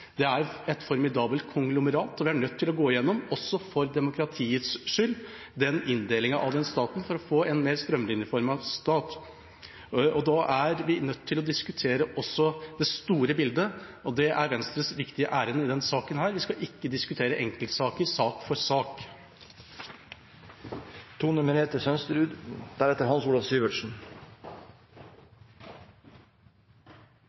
Det er et formidabelt konglomerat. Vi er nødt til å gå gjennom, også for demokratiets skyld, den inndelingen av staten for å få en mer strømlinjeformet stat. Da er vi nødt til å diskutere også det store bildet, og det er Venstres viktige ærend i denne saken – vi skal ikke diskutere enkeltsaker sak for sak.